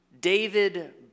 David